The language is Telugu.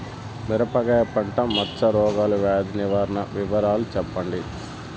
మిరపకాయ పంట మచ్చ రోగాల వ్యాధి నివారణ వివరాలు చెప్పండి?